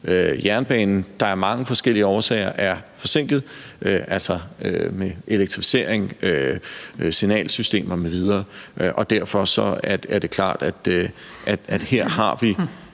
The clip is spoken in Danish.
jernbanen, der af mange forskellige årsager er forsinket – med elektrificering, signalsystemer m.v. – og derfor er det klart, at her har vi